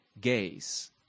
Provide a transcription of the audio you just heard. gaze